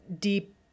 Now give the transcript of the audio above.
deep